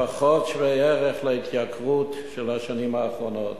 לפחות שווה-ערך להתייקרות של השנים האחרונות.